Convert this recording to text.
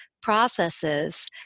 processes